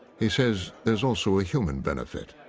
he says there's also a human benefit.